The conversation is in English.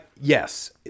yes